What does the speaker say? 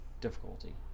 difficulty